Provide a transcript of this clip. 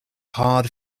hard